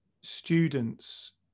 students